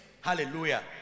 hallelujah